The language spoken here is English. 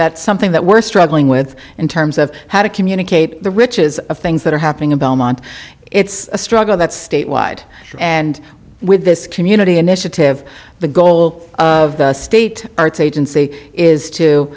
that something that we're struggling with in terms of how to communicate the riches of things that are happening in belmont it's a struggle that's statewide and with this community initiative the goal of the state arts agency is to